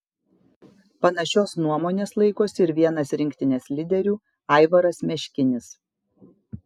panašios nuomonės laikosi ir vienas rinktinės lyderių aivaras meškinis